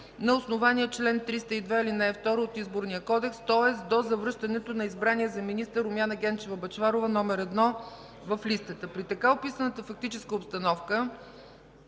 на основание чл. 302, ал. 2 от Изборния кодекс, тоест до завръщането на избрания за министър Румяна Генчева Бъчварова – номер едно в листата. При така описаната фактическа обстановка,